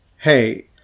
hey